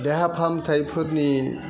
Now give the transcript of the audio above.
देहा फाहामथाइफोरनि